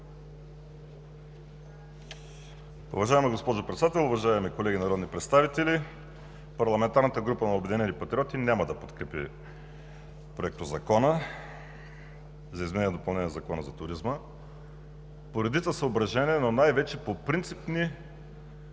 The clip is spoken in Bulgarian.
Парламентарната група на „Обединени патриоти“ няма да подкрепи Законопроекта за изменение и допълнение на Закона за туризма по редица съображения, но най-вече по принципни